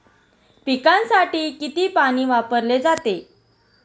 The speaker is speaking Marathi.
पिकांसाठी किती पाणी वापरले जाते?